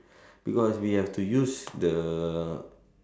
because we have to use the